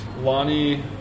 Lonnie